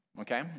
Okay